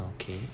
okay